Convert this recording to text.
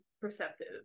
perceptive